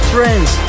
Friends